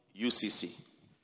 UCC